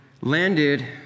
landed